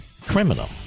criminal